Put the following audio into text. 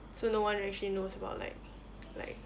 so no one really actually knows about like like